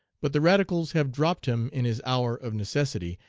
but the radicals have dropped him in his hour of necessity,